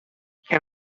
can